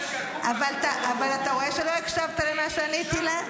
הדשא עקום אבל --- אבל אתה רואה שלא הקשבת למה שעניתי לה?